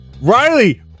Riley